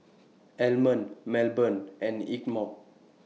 Almond Melbourne and Ingeborg